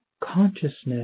consciousness